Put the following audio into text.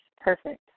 perfect